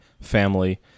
family